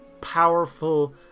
powerful